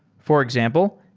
for example,